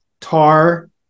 Tar